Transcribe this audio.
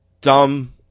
dumb